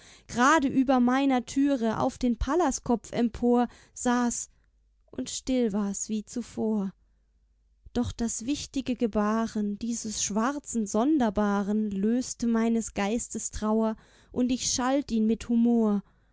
grade über meiner türe auf den pallaskopf empor saß und still war's wie zuvor doch das wichtige gebaren dieses schwarzen sonderbaren löste meines geistes trauer und ich schalt ihn mit humor